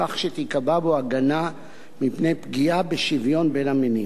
כך שתיקבע בו הגנה מפני פגיעה בשוויון בין המינים,